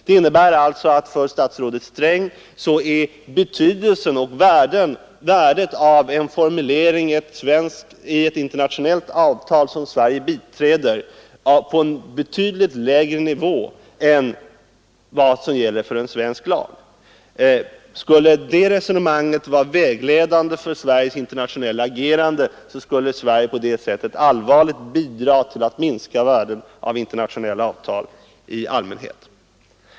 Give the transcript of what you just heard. Det innebär alltså att för statsrådet Sträng är betydelsen och värdet av en formulering i ett internationellt avtal som Sverige biträder avsevärt mindre än när det gäller en svensk lag. Skulle det resonemanget vara vägledande för Sveriges internationella agerande, så skulle Sverige på det sättet allvarligt bidra till att minska värdet av internationella avtal i allmänhet.